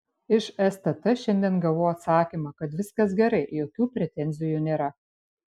iš stt šiandien gavau atsakymą kad viskas gerai jokių pretenzijų nėra